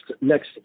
next